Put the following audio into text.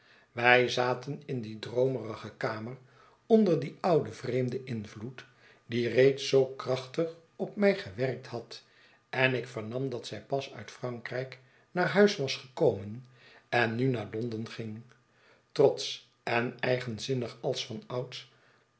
wij zaten in die droomerige kamer onder dien ouden vreemden invloed die reeds zoo krachtig op mij gewerkt had en ik vernam dat zij pas uit frankrijk naar huis was gekomen en nu naar londen ging trotsch en eigenzinnig als vanouds